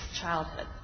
childhood